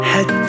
Head